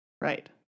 Right